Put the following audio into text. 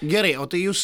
gerai o tai jūs